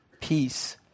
peace